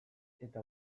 eta